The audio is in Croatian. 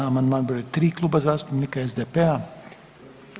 Amandman br. 3 Kluba zastupnika SDP-a.